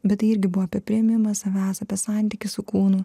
bet tai irgi buvo apie priėmimą savęs apie santykį su kūnu